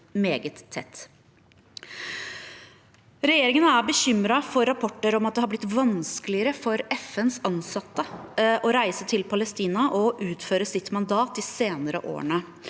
Regjeringen er bekymret for rapporter om at det har blitt vanskeligere for FNs ansatte å reise til Palestina og utføre sitt mandat de senere årene.